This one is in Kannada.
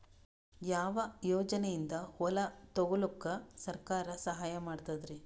ಯಾವ ಯೋಜನೆಯಿಂದ ಹೊಲ ತೊಗೊಲುಕ ಸರ್ಕಾರ ಸಹಾಯ ಮಾಡತಾದ?